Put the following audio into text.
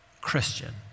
Christian